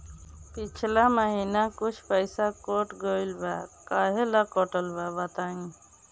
पिछला महीना कुछ पइसा कट गेल बा कहेला कटल बा बताईं?